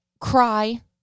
cry